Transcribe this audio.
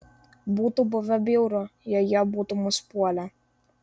būtų buvę bjauru jei jie būtų mus puolę